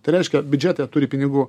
tai reiškia biudžete turi pinigų